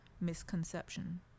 misconception